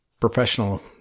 professional